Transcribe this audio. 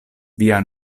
via